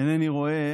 אינני רואה